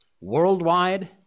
worldwide